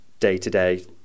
day-to-day